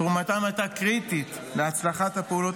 תרומתם הייתה קריטית להצלחת הפעולות